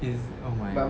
is oh my